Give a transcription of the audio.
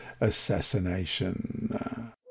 assassination